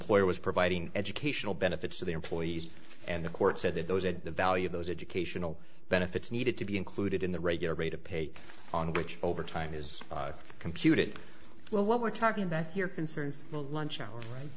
employer was providing educational benefits to the employees and the court said that those at the value of those educational benefits needed to be included in the regular rate of pay on which overtime is computed well what we're talking about here concerns the lunch hour right